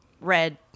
red